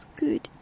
good